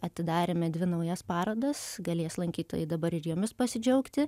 atidarėme dvi naujas parodas galės lankytojai dabar ir jomis pasidžiaugti